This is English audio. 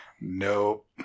Nope